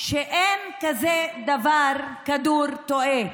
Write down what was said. אין כזה דבר כדור תועה,